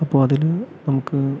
അപ്പോൾ അതിൽ നമുക്ക്